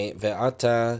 ve'ata